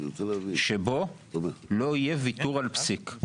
שבו לא יהיה ויתור על פסיק,